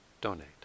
donate